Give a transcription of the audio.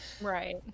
Right